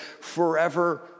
forever